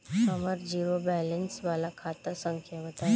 हमर zero balance वाला खाता संख्या बताई?